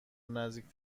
نزدیک